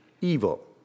evil